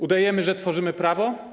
Udajemy, że tworzymy prawo?